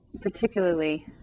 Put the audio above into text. particularly